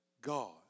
God